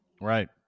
Right